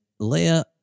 Leia